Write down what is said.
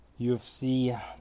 UFC